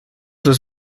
los